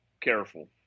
careful